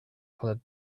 colored